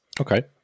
Okay